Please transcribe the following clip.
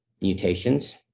mutations